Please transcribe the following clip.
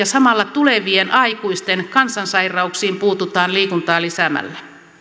samalla tulevien aikuisten kansansairauksiin puututaan liikuntaa lisäämällä